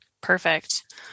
Perfect